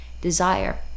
desire